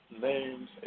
names